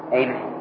amen